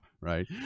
right